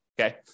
Okay